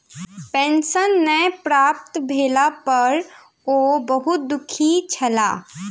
pension नै प्राप्त भेला पर ओ बहुत दुःखी छला